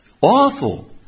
awful